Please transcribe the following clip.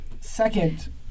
Second